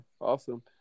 awesome